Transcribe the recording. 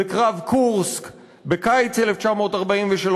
וקרב קורסק בקיץ 1943,